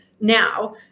now